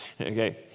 okay